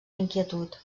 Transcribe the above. inquietud